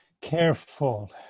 careful